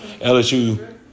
LSU